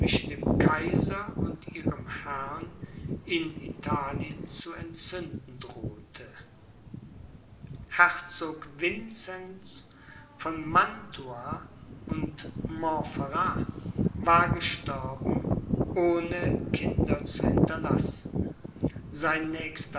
kaiser und ihrem herrn in italien zu entzünden drohte herzog vincenz von mantua und montferrat war gestorben ohne kinder zu hinterlassen sein